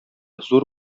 зур